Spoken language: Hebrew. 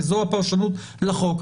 כי זו הפרשנות לחוק,